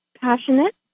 passionate